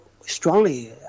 strongly